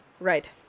right